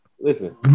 Listen